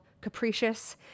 capricious